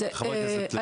חברת הכנסת לשעבר ענבר.